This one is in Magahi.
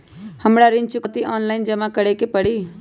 हमरा ऋण चुकौती ऑनलाइन जमा करे के परी?